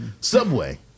Subway